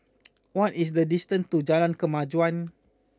what is the distance to Jalan Kemajuan